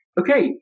okay